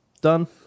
done